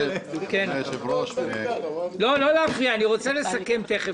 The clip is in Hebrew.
לא להפריע, אני רוצה לסכם תכף.